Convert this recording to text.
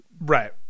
Right